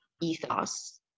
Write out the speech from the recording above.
ethos